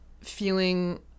feeling